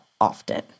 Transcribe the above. Often